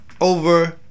over